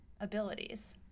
abilities